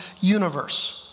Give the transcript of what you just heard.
universe